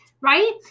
right